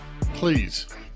please